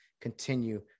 continue